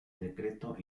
decreto